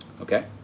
okay